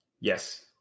Yes